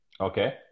Okay